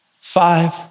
Five